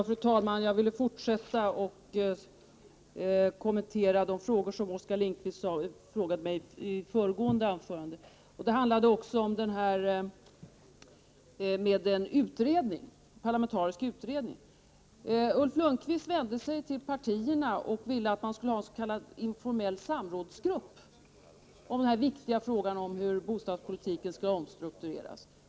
Fru talman! Jag vill fortsätta att kommentera de frågor som Oskar Lindkvist ställde till mig i sitt föregående anförande. Det handlade bl.a. om en parlamentarisk utredning. Ulf Lönnqvist vände sig till partierna med önskemål om att man skulle få en s.k. informell samrådsgrupp i den viktiga frågan om hur bostadspolitiken skall omstruktureras.